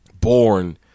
born